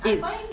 it